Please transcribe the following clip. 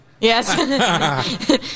Yes